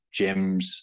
gyms